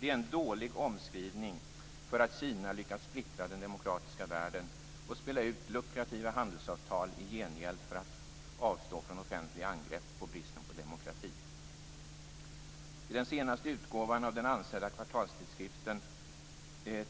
Det är en dålig omskrivning av att Kina lyckats splittra den demokratiska världen och spela ut lukrativa handelsavtal i gengäld för att avstå från offentliga angrepp på bristen på demokrati. I den senaste utgåvan av den ansedda kvartalsskriften